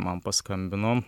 man paskambino